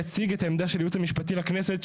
יציג את העמדה של הייעוץ המשפטי לכנסת,